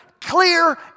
clear